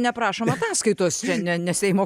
neprašom ataskaitos čia ne ne seimo